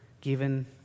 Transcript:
given